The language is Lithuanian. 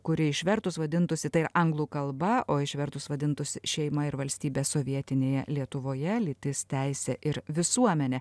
kuri išvertus vadintųsi taip anglų kalba o išvertus vadintųsi šeima ir valstybė sovietinėje lietuvoje lytis teisė ir visuomenė